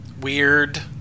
Weird